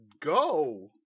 go